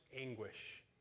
anguish